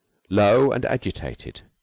low and agitated.